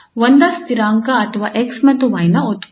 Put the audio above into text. ಒಂದಾ ಸ್ಥಿರಾಂಕ ಅಥವಾ 𝑥 ಮತ್ತು 𝑦 ನ ಉತ್ಪನ್ನ